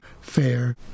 fair